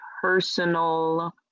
personal